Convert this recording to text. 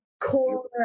core